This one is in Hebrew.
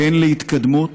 כן להתקדמות